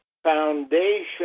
foundation